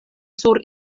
sur